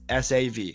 SAV